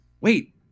wait